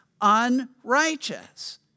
unrighteous